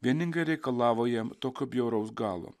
vieningai reikalavo jam tokio bjauraus galo